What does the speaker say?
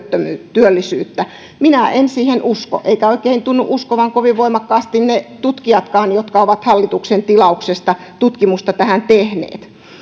työllisyyttä minä en siihen usko eivätkä oikein tunnu uskovan kovin voimakkaasti ne tutkijatkaan jotka ovat hallituksen tilauksesta tutkimusta tähän tehneet